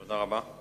תודה רבה.